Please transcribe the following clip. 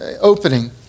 opening